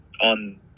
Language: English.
on